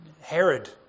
Herod